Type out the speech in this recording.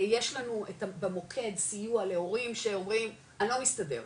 יש לנו במוקד סיוע להורים שאומרים אני לא מסתדר,